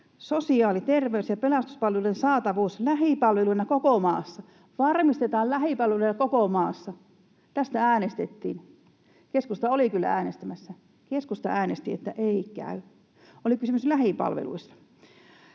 sosiaali-, terveys- ja pelastuspalvelujen saatavuus lähipalveluina koko maassa” — varmistetaan lähipalveluina koko maassa. Tästä äänestettiin, ja keskusta oli kyllä äänestämässä. Keskusta äänesti, että ei käy. Oli kysymys lähipalveluista.